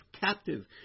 captive